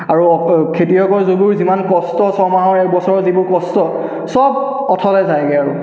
আৰু খেতিয়কৰ যিবোৰ যিমান কষ্ট ছমাহৰ এক বছৰৰ যিবোৰ কষ্ট সব অথলে যায়গৈ আৰু